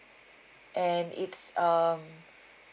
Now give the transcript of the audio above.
and it's um